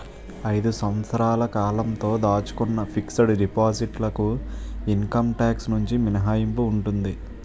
ఐదు సంవత్సరాల కాలంతో దాచుకున్న ఫిక్స్ డిపాజిట్ లకు ఇన్కమ్ టాక్స్ నుంచి మినహాయింపు ఉంటుంది